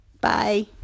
Bye